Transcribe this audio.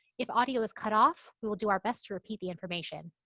if audio is cut off, we will do our best to repeat the information.